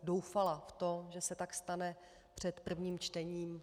Doufala jsem, že se tak stane před prvním čtením.